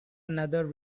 another